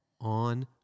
on